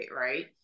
right